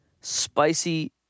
spicy